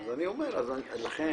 זה בדיוק